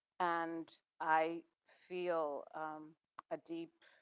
and i feel a deep